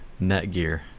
Netgear